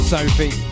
Sophie